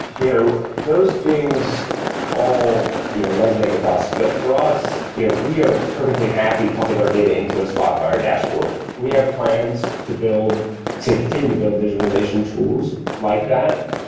you know those things all you know resonate with us, but for us yeah we are perfectly happy popping our data into a spotfire dashboard. we have plans to build to continue to build visualization tools like that,